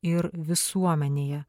ir visuomenėje